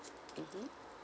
mmhmm